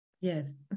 Yes